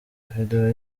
video